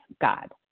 God